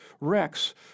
Rex